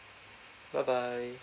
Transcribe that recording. bye bye